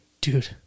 dude